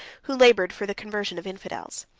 who labored for the conversion of infidels.